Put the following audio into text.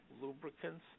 lubricants